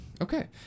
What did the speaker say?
Okay